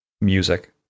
Music